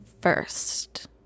first